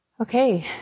okay